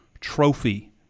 Trophy